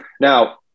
Now